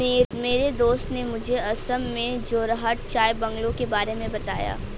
मेरे दोस्त ने मुझे असम में जोरहाट चाय बंगलों के बारे में बताया